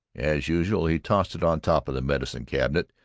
as usual, he tossed it on top of the medicine-cabinet,